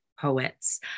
poets